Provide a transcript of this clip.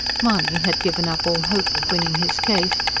mahony had given up all hope of winning his case,